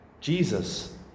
jesus